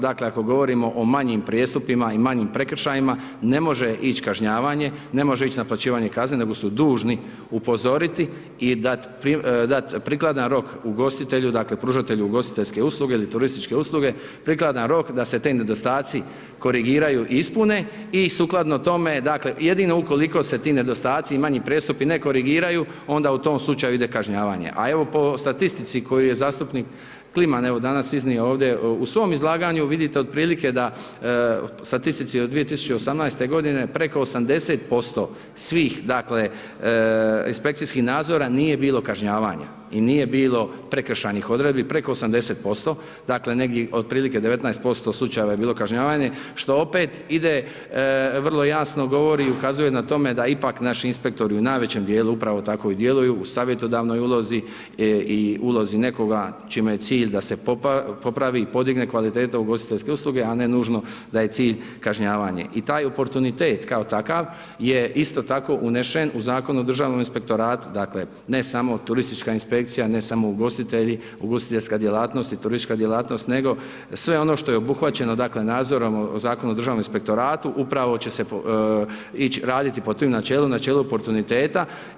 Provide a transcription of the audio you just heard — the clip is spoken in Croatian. Dakle, ako govorimo o manjim prijestupima i manjim prekršajima, ne može ić kažnjavanje, ne može ić naplaćivanje kazne, nego su dužni upozoriti i dat prikladan rok ugostitelju, dakle, pružatelju ugostiteljske usluge ili turističke usluge, prikladan rok da se ti nedostaci korigiraju i ispune i sukladno tome, dakle, jedino ukoliko se ti nedostaci i manji prijestupi ne korigiraju, onda u tom slučaju ide kažnjavanje, a evo po statistici koju je zastupnik Kliman, evo danas iznio ovdje u svom izlaganju, vidite otprilike da u statistici od 2018.g. preko 80% svih, dakle, inspekcijskih nadzora nije bilo kažnjavanja i nije bilo prekršajnih odredbi preko 80%, dakle, negdje otprilike 19% slučajeva je bilo kažnjavanje, što opet ide, vrlo jasno govori i ukazuje na tome da naši inspektori u najvećem dijelu upravo tako i djeluju u savjetodavnoj ulozi i ulozi nekoga čime je cilj da se popravi i podigne kvaliteta ugostiteljske usluge, a ne nužno da je cilj kažnjavanje i taj oportunitet kao takav je isto tako unesen u Zakon o državnom inspektoratu, dakle, ne samo turistička inspekcija, ne samo ugostitelji, ugostiteljska djelatnost i turistička djelatnost, nego sve ono što je obuhvaćeno, dakle, nadzorom, Zakon o državnom inspektoratu, upravo će se ići raditi po tom načelu, načelu oportuniteta.